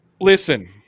Listen